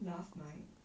last night